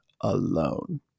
alone